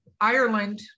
Ireland